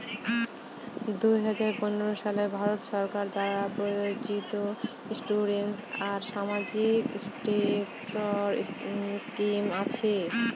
দুই হাজার পনেরো সালে ভারত সরকার দ্বারা প্রযোজিত ইন্সুরেন্স আর সামাজিক সেক্টর স্কিম আছে